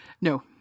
No